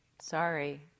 sorry